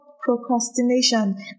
procrastination